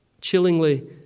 Chillingly